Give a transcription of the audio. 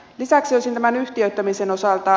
lisäksi tämän yhtiöittämisen osalta